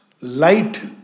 light